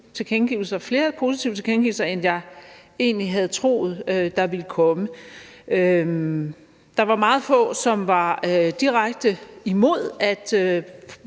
tilkendegivelser, også flere positive tilkendegivelser, end jeg egentlig havde troet der ville komme. Der var meget få, som var direkte imod, at